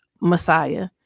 Messiah